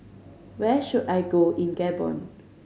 where should I go in Gabon